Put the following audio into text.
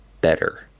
better